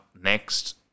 next